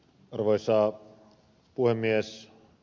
arvoisa puhemies